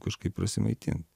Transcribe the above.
kažkaip prasimaitint